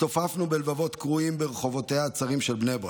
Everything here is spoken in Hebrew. הצטופפנו בלבבות קרועים ברחובותיה הצרים של בני ברק,